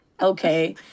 Okay